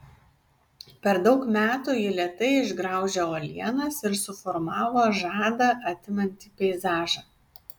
per daug metų ji lėtai išgraužė uolienas ir suformavo žadą atimantį peizažą